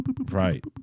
Right